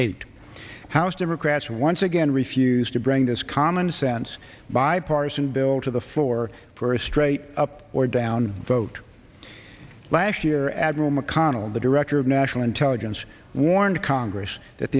eight house democrats once again refused to bring this commonsense bipartisan bill to the floor for a straight up or down vote last year admiral mcconnell the director of national intelligence warned congress that